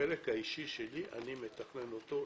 החלק האישי שלי, אני מתכנן אותו לבד,